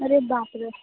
अरे बापरे